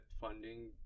funding